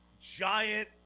giant